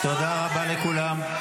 תודה רבה לכולם,